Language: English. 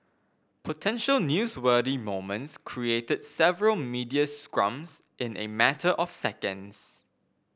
potential newsworthy moments created several media scrums in a matter of seconds